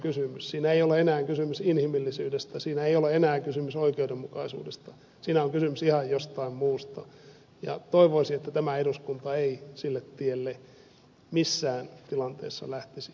siinä ei ole enää kysymys inhimillisyydestä siinä ei ole enää kysymys oikeudenmukaisuudesta siinä on kysymys ihan jostain muusta ja toivoisin että tämä eduskunta ei sille tielle missään tilanteessa lähtisi